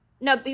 No